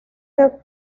que